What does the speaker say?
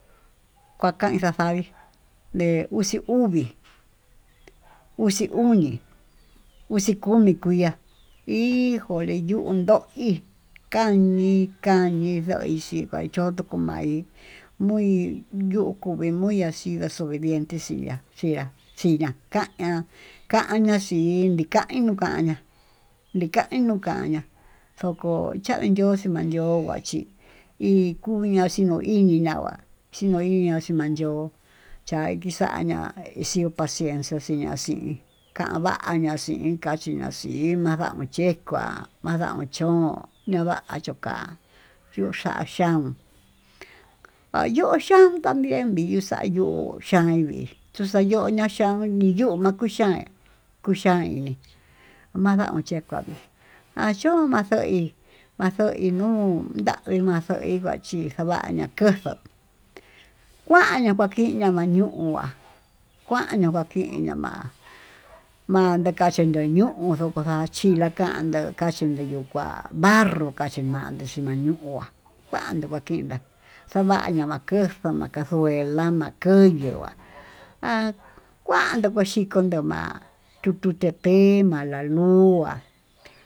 Kuakain xaxaí de uxiuví, uxi uñii, uxi komi ijole ñundo'ó, hí kañi kañi ndoi maxhi chayotó kunmavi muy yukumi muy asi desovediente xhí ña'a xhi'á ña'a kaña kaña xii, indikai ñuu ka'a ña'á nikaín nuu kaña'á ndoko xanyoxi mayo'o va'í chí kuya'a iin ño'o iñi ña'á nagua chinyoiña xhín ma'a yo'ó, ya'a iki xa'aña ixiú paciensia xhiña'a xhiín, ka'a kaña'a xhín xhiña xhín madaña'a, chekuá mada'a chón ña'a va'a choka'a yo'o xhia xhian ha'a yo'o xhián iyuu xa'a yo'ó yanvii tuxaño ña'a xhian yuu ma'a kuxhian kuu xhan ini, ma'a ndan xhekuá achón maxoí maxoí nuu nda'a ivaxo'í chí xava'a ña'a koxo'o kuañá kuakiñá vanu'u uha kuaña kuakiña ma'a ma'a dekachí yuu ñuu ndokocha chilakando kachi chilakuá amarro kachikuachi xilañuá, kuando kuakendá xavañuu makuxuu casuela makuyu'á ha kuandu machikondo ma'a tututepec malaluá.